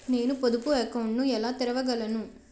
నేను పొదుపు అకౌంట్ను ఎలా తెరవగలను?